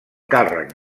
càrrec